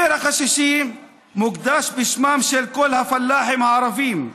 הפרח השישי מוקדש לכל הפלאחים הערבים,